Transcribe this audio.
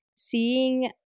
seeing